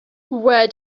where